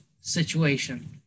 situation